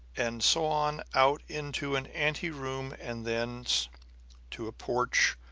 and so on out into an anteroom and thence to a porch,